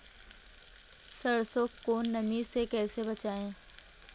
सरसो को नमी से कैसे बचाएं?